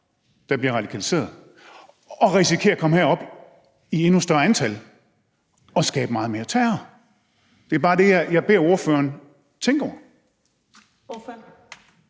der bliver radikaliseret. Og vi risikerer, at de kommer herop i endnu større antal og skaber meget mere terror. Det er bare det, jeg beder ordføreren tænke over.